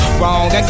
wrong